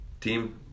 team